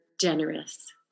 generous